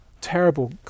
terrible